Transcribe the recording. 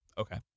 Okay